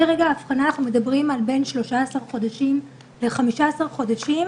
מרגע האבחנה אנחנו מדברים על בין 13 חודשים ל-15 חודשים,